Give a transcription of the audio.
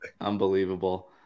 unbelievable